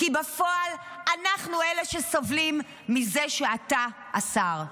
כי בפועל אנחנו אלה שסובלים מזה שאתה השר.